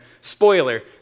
Spoiler